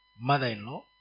mother-in-law